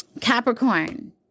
Capricorn